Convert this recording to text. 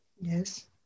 Yes